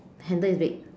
handle is red